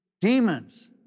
demons